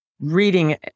reading